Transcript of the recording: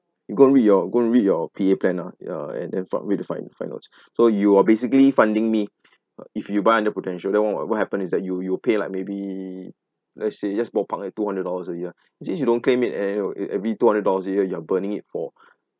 go and read your go and read your P_A plan ah yeah and then fi~ find out so you are basically funding me if you buy under Prudential that what what what happened is that you you pay like maybe let's say just ballpark two hundred dollars a year since you don't claim it ev~ ev~ every two hundred dollars a year you're burning it for